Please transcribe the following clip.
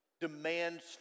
demands